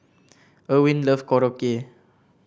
Erwin love Korokke